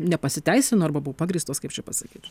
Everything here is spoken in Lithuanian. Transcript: nepasiteisino arba buvo pagrįstos kaip čia pasakyt